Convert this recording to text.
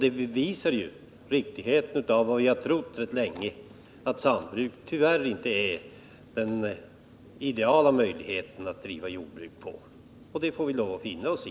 Det bevisar ju riktigheten av vad vi har trott rätt länge — att sambruk tyvärr inte är den ideala möjligheten att driva jordbruk. Och det får vi lov att finna oss i.